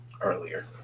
earlier